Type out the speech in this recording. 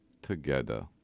Together